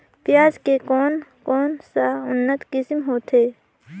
पियाज के कोन कोन सा उन्नत किसम होथे?